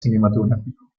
cinematográfico